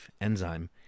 enzyme